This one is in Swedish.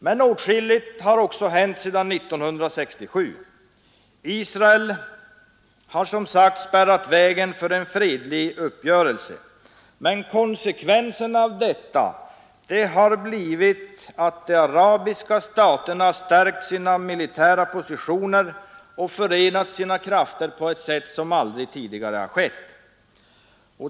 Men åtskilligt har också hänt sedan 1967. Israel har som sagt spärrat vägen för en fredlig uppgörelse. Konsekvenserna av detta har blivit att de arabiska staterna har stärkt sina militära positioner och förenat sina krafter på ett sätt som aldrig tidigare har skett.